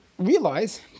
Realize